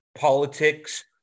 politics